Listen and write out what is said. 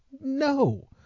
No